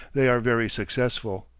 they are very successful.